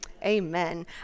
Amen